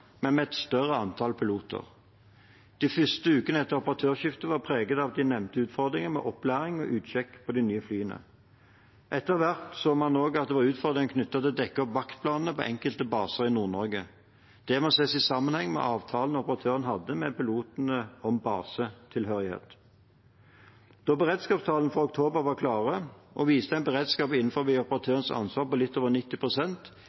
men med et større antall piloter. De første ukene etter operatørskiftet var preget av de nevnte utfordringene med opplæring og utsjekk på de nye flyene. Etter hvert så man også at det var utfordringer knyttet til å dekke opp vaktplanene på enkelte baser i Nord-Norge. Dette må ses i sammenheng med avtalen operatøren hadde med pilotene om basetilhørighet. Da beredskapstallene for oktober var klare og viste en beredskap